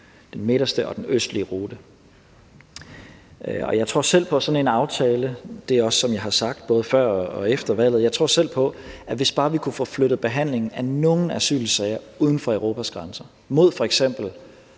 den midterste og den østlige rute. Jeg tror selv på – som jeg også har sagt både før og efter valget – at hvis vi bare kunne få flyttet behandlingen af nogle asylsager uden for Europas grænser mod f.eks.